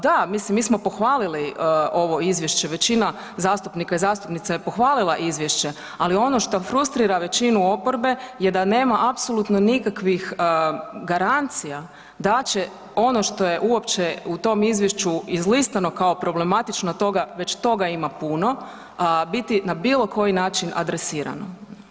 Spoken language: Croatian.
Da, mislim mi smo pohvalili ovo izvješće, većina zastupnika i zastupnica je pohvalila ovo izvješće, ali ono što frustrira većinu oporbe je da nema apsolutno nikakvih garancija da će ono što je uopće u tom izvješću izlistano kao problematično toga već toga ima puno biti na bilo koji način adresirano.